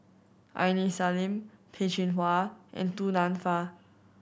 Aini Salim Peh Chin Hua and Du Nanfa